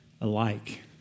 alike